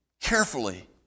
carefully